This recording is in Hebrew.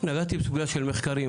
נגעתי בסוגייה של מחקרים,